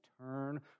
turn